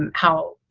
and how,